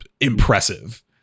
impressive